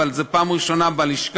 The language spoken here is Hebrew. אבל זו הפעם הראשונה בלשכה.